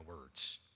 words